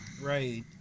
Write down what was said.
Right